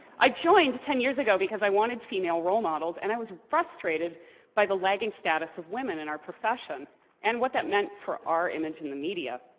i joined ten years ago because i wanted female role models, and i was frustrated by the lagging status of women in our profession and what that meant for our image in the media.